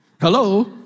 Hello